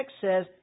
says